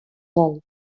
molt